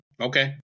Okay